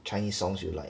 chinese songs you like